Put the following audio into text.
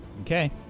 Okay